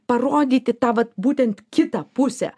parodyti tą vat būtent kitą pusę